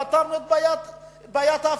פתרנו את בעיית האבטלה,